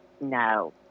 No